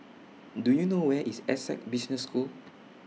Do YOU know Where IS Essec Business School